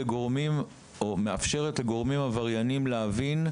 מאפשרת לגורמים עברייניים להבין,